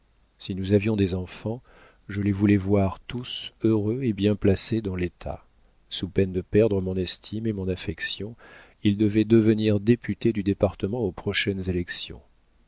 si nous avions des enfants je les voulais voir tous heureux et bien placés dans l'état sous peine de perdre mon estime et mon affection il devait devenir député du département aux prochaines élections